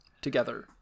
together